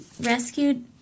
rescued